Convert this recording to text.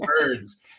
Birds